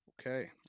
Okay